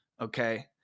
okay